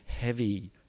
heavy